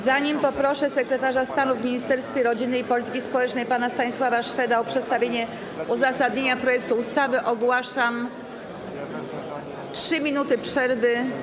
Zanim poproszę sekretarza stanu w Ministerstwie Rodziny i Polityki Społecznej pana Stanisława Szweda o przedstawienie uzasadnienia projektu ustawy, ogłoszę 3 minuty przerwy.